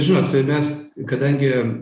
žinot mes kadangi